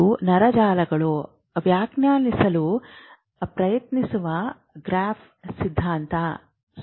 ಇದು ನರ ಜಾಲಗಳನ್ನು ವ್ಯಾಖ್ಯಾನಿಸಲು ಪ್ರಯತ್ನಿಸುವ ಗ್ರಾಫ್ ಸಿದ್ಧಾಂತದ ಸ್ಫೂರ್ತಿ